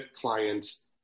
clients